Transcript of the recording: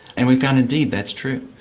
and we found indeed that's true.